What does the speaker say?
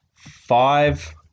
five